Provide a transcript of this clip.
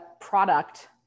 product